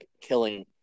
killing